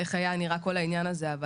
היה נראה כל העניין הזה.